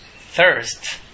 thirst